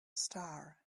star